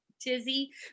tizzy